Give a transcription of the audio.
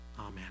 Amen